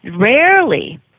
Rarely